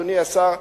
אדוני השר.